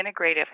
integrative